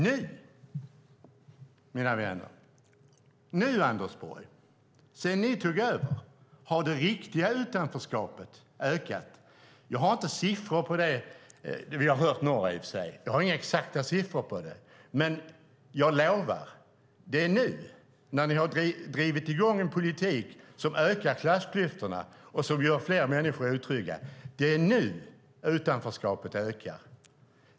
Nu, mina vänner, nu, Anders Borg, sedan ni tog över har det riktiga utanförskapet ökat. Jag har inga exakta siffror på det. Vi har i och för sig hört några. Men jag lovar att det är nu när ni har drivit en politik som ökar klassklyftorna och gör fler människor otrygga som utanförskapet ökar.